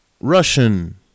Russian